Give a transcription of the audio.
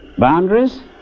boundaries